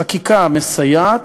וחקיקה מסייעת.